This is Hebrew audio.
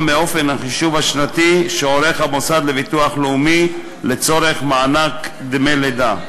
מאופן החישוב השנתי שהמוסד לביטוח לאומי עורך לצורך מענק דמי לידה,